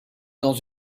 dans